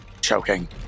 choking